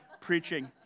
preaching